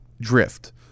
Drift